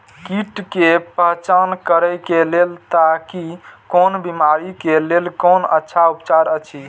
कीट के पहचान करे के लेल ताकि कोन बिमारी के लेल कोन अच्छा उपचार अछि?